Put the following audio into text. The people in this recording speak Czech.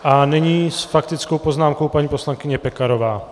A nyní s faktickou poznámkou paní poslankyně Pekarová.